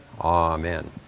amen